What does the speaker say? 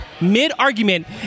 mid-argument